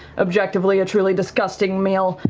objectively, a truly disgusting meal,